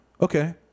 okay